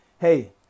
hey